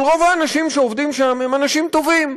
אבל רוב האנשים שעובדים שם הם אנשים טובים.